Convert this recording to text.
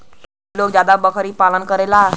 गांव में गरीब लोग जादातर बकरी क पालन करलन